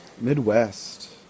Midwest